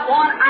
one